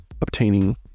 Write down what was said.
obtaining